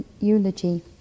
eulogy